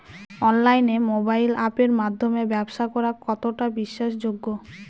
অনলাইনে মোবাইল আপের মাধ্যমে ব্যাবসা করা কতটা বিশ্বাসযোগ্য?